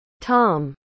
Tom